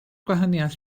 gwahaniaeth